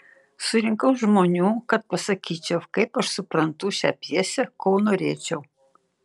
surinkau žmonių kad pasakyčiau kaip aš suprantu šią pjesę ko norėčiau